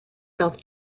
south